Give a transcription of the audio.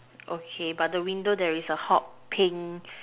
okay but the window there is a hot pink